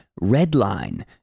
redline